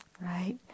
right